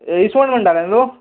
इसवण म्हणटालें नू तूं